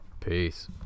Peace